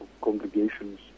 congregations